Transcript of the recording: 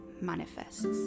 manifests